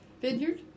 vineyard